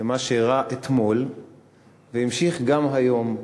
למה שאירע אתמול והמשיך גם היום.